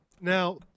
Now